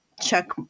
check